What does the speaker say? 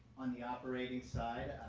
on the operating side